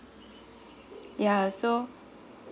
ya so